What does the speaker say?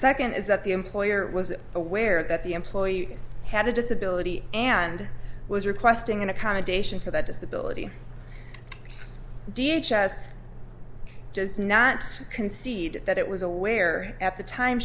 second is that the employer was aware that the employee had a disability and was requesting an accommodation for that disability d h s s just not it's conceded that it was aware at the time